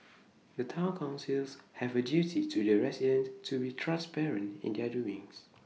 the Town councils have A duty to the residents to be transparent in their doings